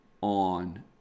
on